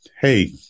hey